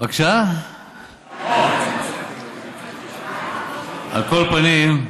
על כל פנים,